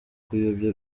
kuyobya